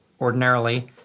ordinarily